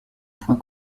point